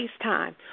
FaceTime